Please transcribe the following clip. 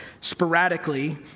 sporadically